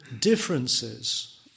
differences